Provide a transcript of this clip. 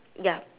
ya